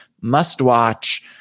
must-watch